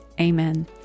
Amen